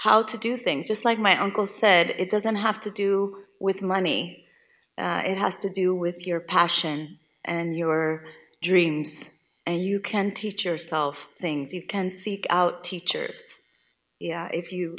how to do things just like my uncle said it doesn't have to do with money it has to do with your passion and your dreams and you can teach yourself things you can seek out teachers if you if you